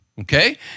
okay